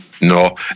no